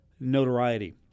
notoriety